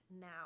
now